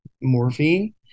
morphine